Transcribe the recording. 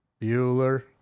Bueller